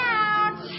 out